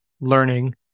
learning